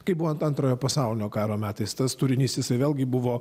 kaip buvo ant antrojo pasaulinio karo metais tas turinys jisai vėlgi buvo